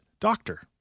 Doctor